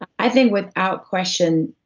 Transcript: i think without question,